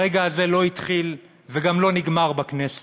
הרגע הזה לא התחיל וגם לא נגמר בכנסת,